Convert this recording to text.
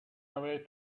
away